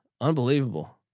unbelievable